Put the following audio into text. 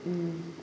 ꯎꯝ